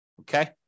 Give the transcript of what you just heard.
Okay